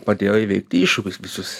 padėjo įveikti iššūkius visus